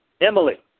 Emily